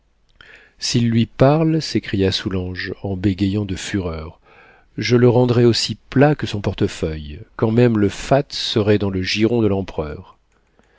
s'il lui parle s'écria soulanges en bégayant de fureur je le rendrai aussi plat que son portefeuille quand même le fat serait dans le giron de l'empereur